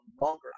longer